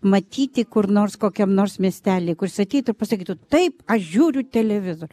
matyti kur nors kokiam nors miestely kur sakytų pasakytų taip aš žiūriu televizorių